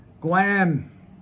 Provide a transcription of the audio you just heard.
glam